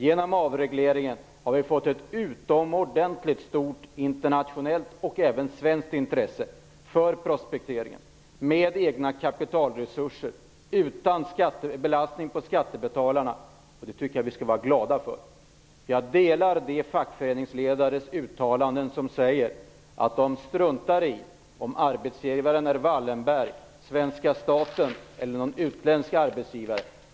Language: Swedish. Genom avregleringen har vi fått ett utomordentligt stort internationellt, och även svenskt, intresse för prospekteringen; med egna kapitalresurser och utan belastning på skattebetalarna. Det tycker jag att vi skall vara glada för. Jag håller med de fackföreningsledare som uttalat att de struntar i om arbetsgivaren är Wallenberg eller svenska staten eller om arbetsgivaren är utländsk.